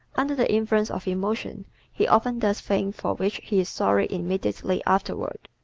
under the influence of emotion he often does things for which he is sorry immediately afterward.